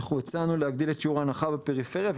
אנחנו הצענו להגדיל את שיעור ההנחה בפריפריה.